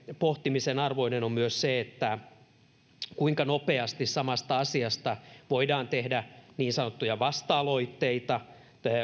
pohtimisen arvoinen uudistamistarve on myös se kuinka nopeasti samasta asiasta voidaan tehdä niin sanottuja vasta aloitteita